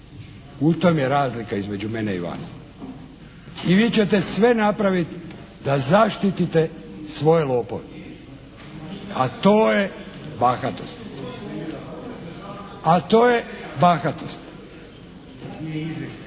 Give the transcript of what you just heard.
U tom je razlika između mene i vas. I vi ćete sve napraviti da zaštitite svoje lopove, a to je bahatost. Moram